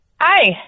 Hi